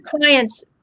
clients